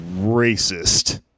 racist